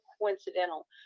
coincidental